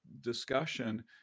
discussion